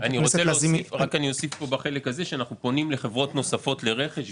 אני אוסיף בחלק הזה ואומר שאנחנו פונים לחברות נוספות לרכש,